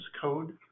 code